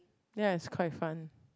ya it's quite fun